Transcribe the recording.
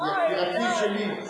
יקירתי שלי,